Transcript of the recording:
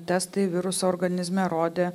testai viruso organizme rodė